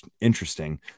interesting